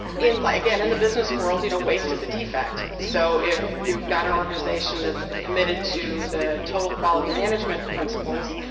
in, like, again, in the business world, you know waste is a defect, so if you've got an organization that's committed to the total quality management principles,